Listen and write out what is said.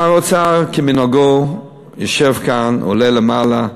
שר האוצר, כמנהגו, יושב כאן, עולה למעלה,